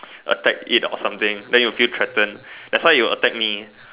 attack it or something then it'll feel threatened that's why it will attack me